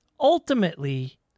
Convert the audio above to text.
ultimately